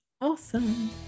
Awesome